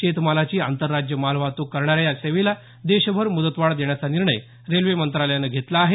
शेतमालाची आंतरराज्य मालवाहतूक करणाऱ्या या सेवेला देशभर मुदतवाढ देण्याचा निर्णय रेल्वे मंत्रालयानं घेतला आहे